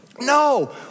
No